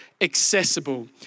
accessible